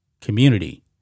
community